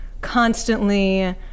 constantly